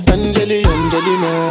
Angelina